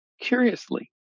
curiously